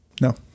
No